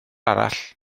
arall